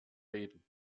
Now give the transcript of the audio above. reden